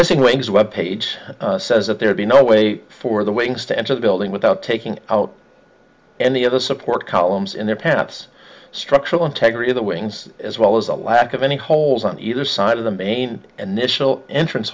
missing wings web page says that there be no way for the wings to enter the building without taking out any other support columns in their pants structural integrity of the wings as well as the lack of any holes on either side of the main initial entrance